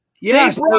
Yes